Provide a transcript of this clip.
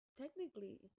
technically